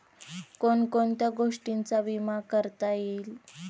कोण कोणत्या गोष्टींचा विमा करता येईल?